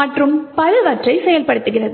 மற்றும் பலவற்றை செயல்படுத்துகிறது